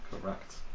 Correct